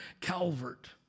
Calvert